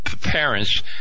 parents